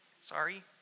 Sorry